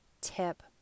tip